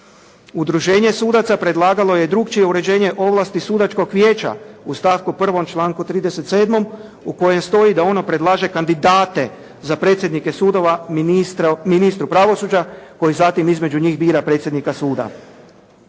Udruženje sudaca predlagalo je drukčije uređenje ovlasti Sudačkog vijeća u stavku 1. članku 37. u kojem stoji da ono predlaže kandidate za predsjednike sudova ministru pravosuđa koji zatim između njih bira predsjednika suda.